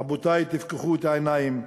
רבותי, תפקחו את העיניים.